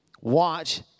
Watch